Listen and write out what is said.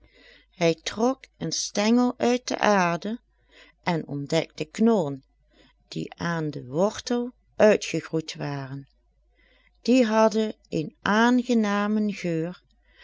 hij trok een stengel uit de aarde en ontdekte knollen die aan den wortel uitgegroeid waren die hadden een aangenamen geur